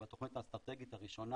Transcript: בתוכנית האסטרטגית הראשונה,